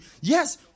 Yes